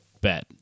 bet